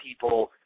people